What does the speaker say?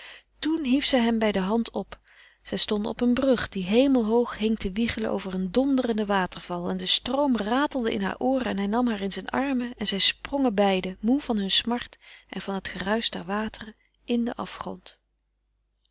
toen hief zij hem bij de hand op zij stonden op een brug die hemelhoog hing te wiegelen over een donderenden waterval en de stroom ratelde in hare ooren en hij nam haar in zijn armen en zij sprongen beiden moê van hunne smart en van het geruisch der wateren in den afgrond